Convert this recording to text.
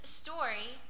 story